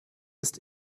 ist